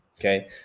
okay